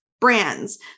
brands